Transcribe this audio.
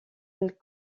elle